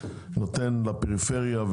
ונותן גם לפריפריה,